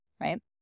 right